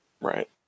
Right